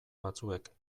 batzuek